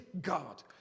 God